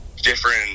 different